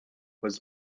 was